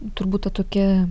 turbūt ta tokia